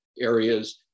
areas